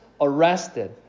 arrested